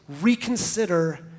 reconsider